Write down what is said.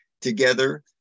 together